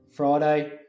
Friday